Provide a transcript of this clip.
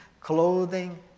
clothing